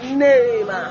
name